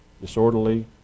disorderly